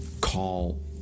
call